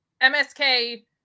MSK